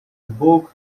bug